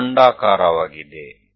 ಇದು ಅಂಡಾಕಾರವಾಗಿದೆ